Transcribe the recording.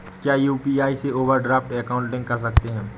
क्या यू.पी.आई से overdraft account link कर सकते हैं?